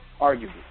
arguably